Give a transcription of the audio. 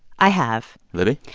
i have libby?